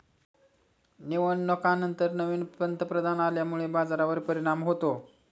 निवडणुकांनंतर नवीन पंतप्रधान आल्यामुळे बाजारावर परिणाम होतो